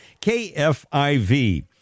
KFIV